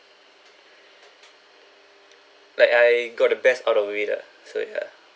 like I got the best out of it ah so yeah